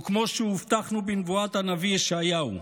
וכמו שהובטחנו בנבואת הנביא ישעיהו: